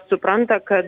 supranta kad